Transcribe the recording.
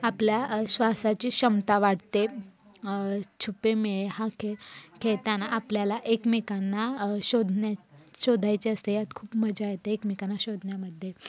आपल्या श्वासाची क्षमता वाढते छुपेमे हा खेळ खेळताना आपल्याला एकमेकांना शोधण्या शोधायचे असते यात खूप मजा येते एकमेकांना शोधण्यामध्ये